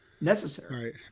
necessary